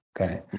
Okay